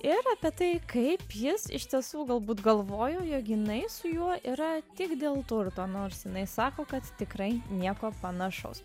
ir apie tai kaip jis iš tiesų galbūt galvojo jog jinai su juo yra tik dėl turto nors jinai sako kad tikrai nieko panašaus